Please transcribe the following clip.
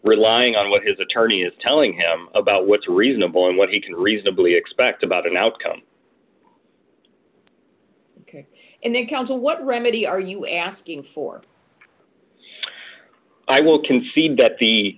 relying on what his attorney is telling him about what's reasonable and what he can reasonably expect about an outcome and then counsel what remedy are you asking for i will concede that the